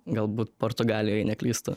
galbūt portugalijoj jei neklystu